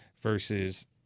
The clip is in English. versus